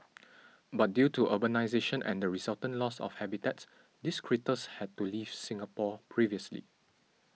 but due to urbanisation and the resultant loss of habitats these critters had to leave Singapore previously